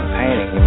painting